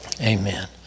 Amen